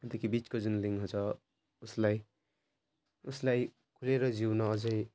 देखि बिचको लिङ्ग छ उसलाई उसलाई खुलेर जिउन अझै